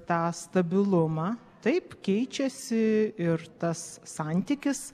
tą stabilumą taip keičiasi ir tas santykis